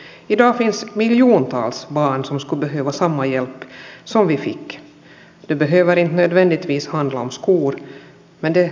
det behöver inte nödvändigtvis handla om skor men det ska handla om att varje barn har rätt till trygghet och till skola